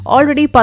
Already